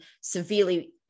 severely